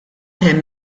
hemm